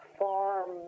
farm